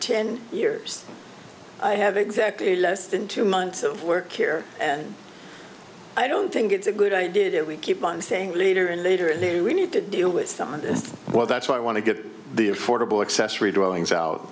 ten years i have exactly less than two months of work here and i don't think it's a good idea that we keep on saying leader and later in the day we need to deal with something well that's why i want to get the affordable accessory drawings out